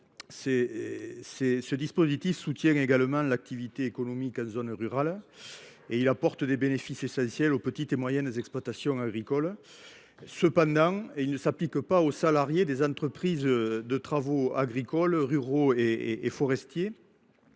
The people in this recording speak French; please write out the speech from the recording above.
il soutient également l’activité économique en zone rurale, car il apporte des bénéfices essentiels aux petites et moyennes exploitations agricoles. Toutefois, ce dispositif ne s’applique pas aux salariés des entreprises de travaux et services agricoles, ruraux et forestiers